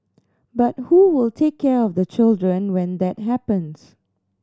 but who will take care of the children when that happens